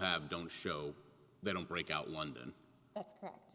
have don't show they don't break out london that's correct